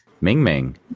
Ming-Ming